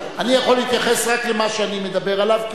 אני יכול להתייחס רק למה שאני מדבר עליו,